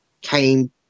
came